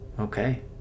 okay